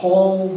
Paul